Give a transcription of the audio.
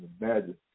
imagine